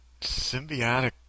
symbiotic